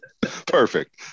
Perfect